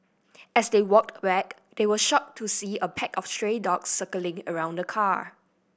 as they walked back they were shocked to see a pack of stray dogs circling around the car